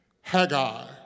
Haggai